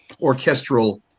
orchestral